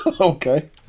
Okay